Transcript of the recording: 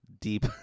deep